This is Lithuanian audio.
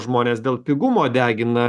žmonės dėl pigumo degina